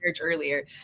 earlier